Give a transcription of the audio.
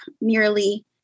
nearly